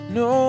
no